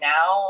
Now